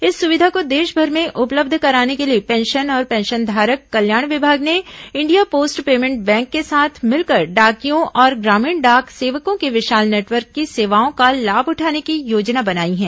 इस सुविधा को देशभर में उपलब्ध कराने के लिए पेंशन और पेंशनघारक कल्याण विभाग ने इंडिया पोस्ट पेमेंट बैंक के साथ मिलकर डाकियों और ग्रामीण डाक सेवकों के विशाल नेटवर्क की सेवाओं का लाभ उठाने की योजना बनाई है